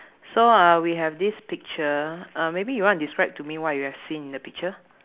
so uh we have this picture uh maybe you wanna describe to me what you have seen in the picture